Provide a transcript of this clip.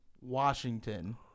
Washington